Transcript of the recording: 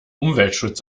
umweltschutz